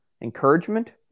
encouragement